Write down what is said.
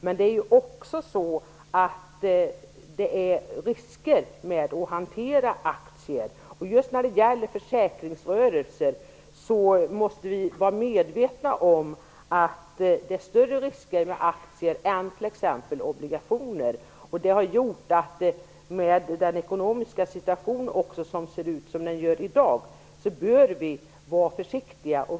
Men det är risker med att hantera aktier, och just när det gäller försäkringsrörelser måste vi vara medvetna om att det är större risker med aktier än med t.ex. obligationer. När den ekonomiska situationen ser ut som den gör i dag bör vi vara försiktiga.